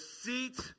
seat